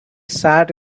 sat